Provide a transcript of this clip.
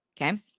Okay